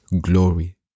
glory